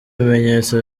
bimenyetso